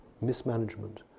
mismanagement